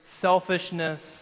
selfishness